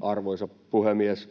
Arvoisa puhemies!